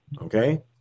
Okay